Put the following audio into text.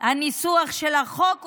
הניסוח של החוק ובקידומו,